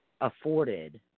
afforded